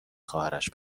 خواهرش